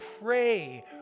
pray